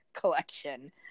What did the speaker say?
collection